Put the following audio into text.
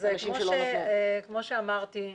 כמו שאמרתי,